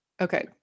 Okay